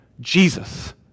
Jesus